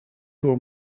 door